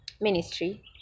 ministry